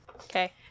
Okay